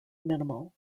minimal